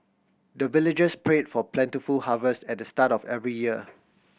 the villagers pray for plentiful harvest at the start of every year